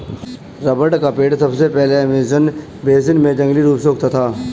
rubber का पेड़ सबसे पहले अमेज़न बेसिन में जंगली रूप से उगता था